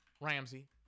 Ramsey